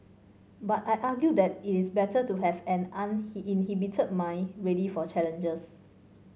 but I argue that it is better to have an inhibited mind ready for challenges